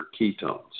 ketones